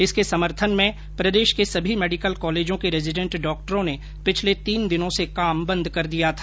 इसके समर्थन में प्रदेश के सभी मेडिकल कॉलेजों के रेजीडेंट डॉक्टरों ने पिछले तीन दिनों से काम बंद कर दिया था